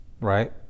right